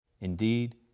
Indeed